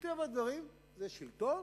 מטבע הדברים, זה שלטון,